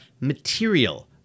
material